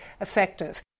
effective